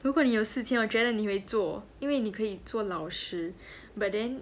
如果你有四千我觉得你会做因为你可以做老师 but then